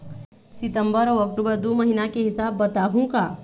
सितंबर अऊ अक्टूबर दू महीना के हिसाब बताहुं का?